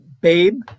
Babe